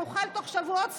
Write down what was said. נוכל תוך שבועות ספורים,